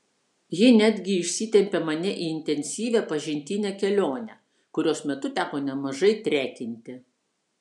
ji netgi išsitempė mane į intensyvią pažintinę kelionę kurios metu teko nemažai trekinti